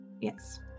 Yes